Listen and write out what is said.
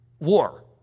war